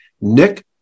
Nick